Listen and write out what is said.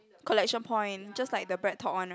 collection point just like the BreadTalk one [right]